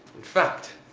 in fact,